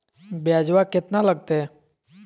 ब्यजवा केतना लगते?